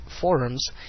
Forums